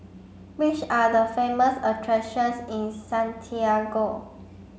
which are the famous attractions in Santiago